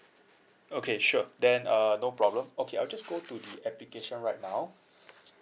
okay sure then uh no problem okay I'll just go to the application right now